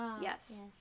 yes